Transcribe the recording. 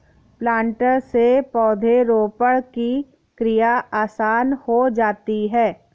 planter से पौधरोपण की क्रिया आसान हो जाती है